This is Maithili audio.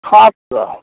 खास कऽ